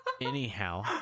Anyhow